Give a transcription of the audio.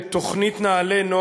תוכנית נעל"ה,